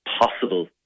possible